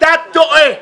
אתה טועה.